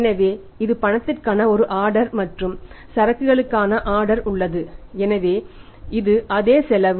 எனவே இது பணத்திற்கான ஒரு ஆர்டர் மற்றும் சரக்குகளுக்கான ஆர்டர் உள்ளது எனவே இது அதே செலவு